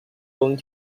going